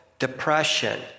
depression